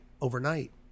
overnight